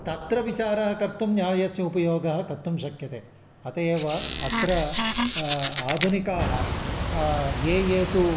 तत्र विचारः कर्तुं न्यायस्य उपयोगः कर्तुं शक्यते अतः एव अत्र आधुनिकाः ये ये तु